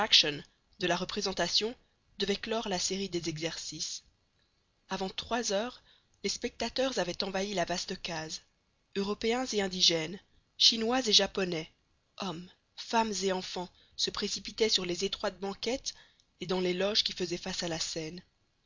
de la représentation devait clore la série des exercices avant trois heures les spectateurs avaient envahi la vaste case européens et indigènes chinois et japonais hommes femmes et enfants se précipitaient sur les étroites banquettes et dans les loges qui faisaient face à la scène